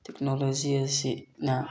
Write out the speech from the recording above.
technology ꯑꯁꯤꯅ